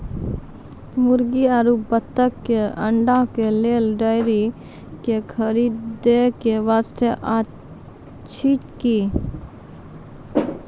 मुर्गी आरु बत्तक के अंडा के लेल डेयरी के खरीदे के व्यवस्था अछि कि?